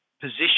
position